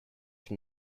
from